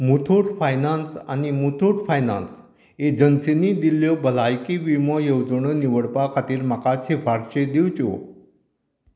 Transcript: Muthoot finance आनी Muthoot finance एजन्सीनी दिल्ल्यो भलायकी विमो येवजण्यो निवडपा खातीर म्हाका शिफारशी दिवच्यो